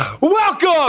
Welcome